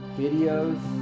videos